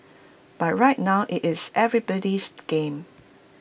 but right now IT is everybody's game